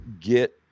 get